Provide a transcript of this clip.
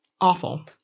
awful